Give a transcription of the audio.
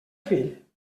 fill